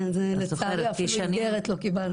כן, זה לצערי אפילו איגרת לא קיבלנו.